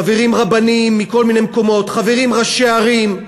חברים רבנים מכל מיני מקומות, חברים ראשי ערים,